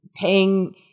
paying